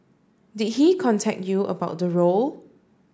did he contact you about the role